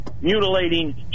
mutilating